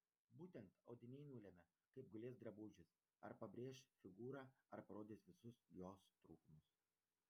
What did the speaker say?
būtent audiniai nulemia kaip gulės drabužis ar pabrėš figūrą ar parodys visus jos trūkumus